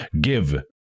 give